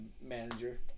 manager